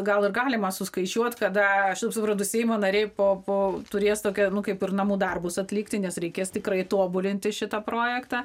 gal ir galima suskaičiuot kada aš taip suprantu seimo nariai po po turės tokią nu kaip ir namų darbus atlikti nes reikės tikrai tobulinti šitą projektą